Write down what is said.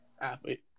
Athlete